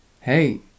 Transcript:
hey